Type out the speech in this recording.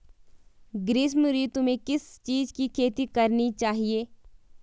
ग्रीष्म ऋतु में किस चीज़ की खेती करनी चाहिये?